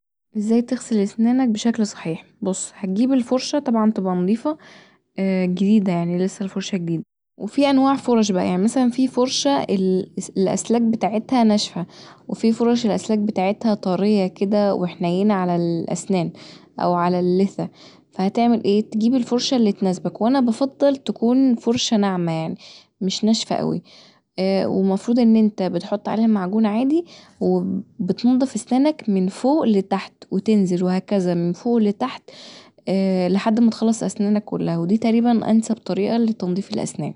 ازاي تغسل سنانك بشكل صحيح، بص هتجيب الفرشة طبعا تبقي نضيفه جديده يعني لسه الفرشه جديده وفيه انواع فرش بقي يعني مثلا فيه فرشه الأسلاك بتاعتها ناشفه وفيه فرش الأسلاك بتاعتها طريه كدا وحنينه علي الأسنان او علي اللثه فهتعمل ايه، تجيب الفرشه اللي تناسبك وانا بفضل تكون فرشه ناعمه يعني مش ناشفه اوي ومفروض ان انت بتحط عليها المعجون عادي وبتنضف سنانك من فوق لتحت وتنزل وهكذا من فوق لتحت لحد ما تخلص اسنانك كلها ودي كانت طبعا انسب طريقه لتنضيف الاسنان